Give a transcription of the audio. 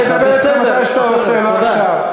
לא, אני אכבד את זה מתי שאתה רוצה, לא עכשיו.